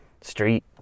street